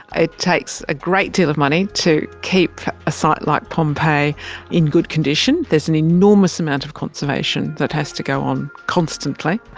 it takes a great deal of money to keep a site like pompeii in good condition. there's an enormous amount of conservation that has to go on constantly.